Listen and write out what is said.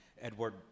Edward